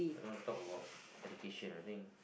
don't want to talk about education I think